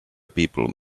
people